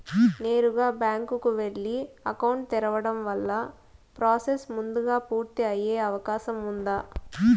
నేరుగా బ్యాంకు కు వెళ్లి అకౌంట్ తెరవడం వల్ల ప్రాసెస్ ముందుగా పూర్తి అయ్యే అవకాశం ఉందా?